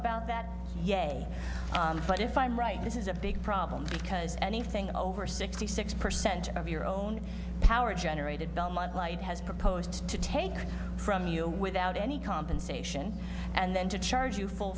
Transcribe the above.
about that yea but if i'm right this is a big problem because anything over sixty six percent of your own power generated belmont light has proposed to take from you without any compensation and then to charge you f